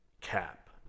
cap